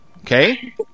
Okay